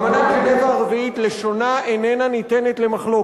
אמנת ז'נבה הרביעית, לשונה איננה ניתנת למחלוקת.